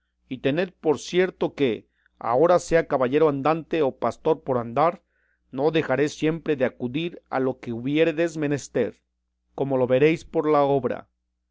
y tened por cierto que ahora sea caballero andante o pastor por andar no dejaré siempre de acudir a lo que hubiéredes menester como lo veréis por la obra